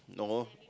normal